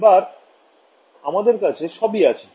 এবার আমাদের কাছে সবই আছে